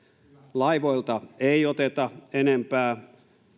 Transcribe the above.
laivoilta ei oteta enempää